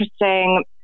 interesting